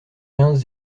quinze